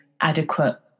adequate